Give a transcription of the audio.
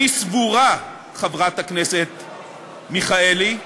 אני סבורה, חברת הכנסת מיכאלי,